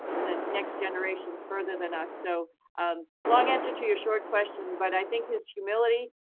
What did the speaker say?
and the next generations further than us. so long answer to your short question, but i think his humility,